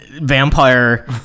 vampire